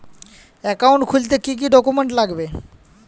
Account খুলতে কি কি ডকুমেন্ট লাগবে?